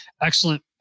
excellent